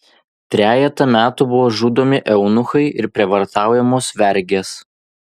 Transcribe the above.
trejetą metų buvo žudomi eunuchai ir prievartaujamos vergės